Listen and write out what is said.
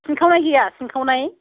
सिनखावनाय गैया सिनखावनाय